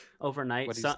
overnight